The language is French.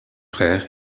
frères